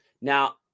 Now